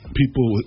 people